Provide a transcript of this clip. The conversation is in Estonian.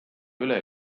üle